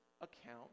account